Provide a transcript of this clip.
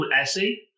essay